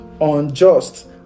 unjust